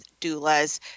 doulas